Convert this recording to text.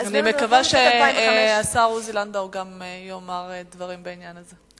אני מקווה שהשר עוזי לנדאו גם יאמר דברים בעניין הזה.